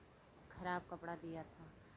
खराब कपड़ा दिया था